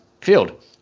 field